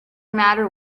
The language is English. matter